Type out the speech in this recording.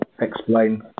explain